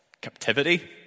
captivity